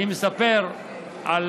אני מספר על